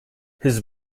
his